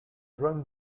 run